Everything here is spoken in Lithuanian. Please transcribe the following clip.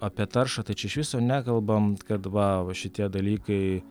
apie taršą tai čia iš viso nekalbam kad va va šitie dalykai